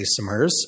isomers